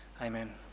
Amen